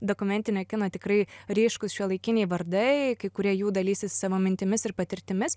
dokumentinio kino tikrai ryškūs šiuolaikiniai vardai kai kurie jų dalysis savo mintimis ir patirtimis